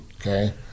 Okay